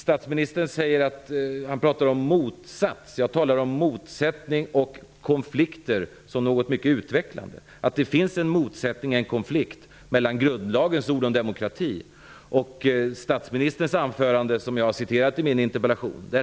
Statsministern pratar om motsats. Jag talar om motsättning och konflikter som något mycket utvecklande. Det finns en motsättning -- en konflikt -- mellan grundlagens ord om demokrati och statsministerns anförande, som jag har citerat i min interpellation.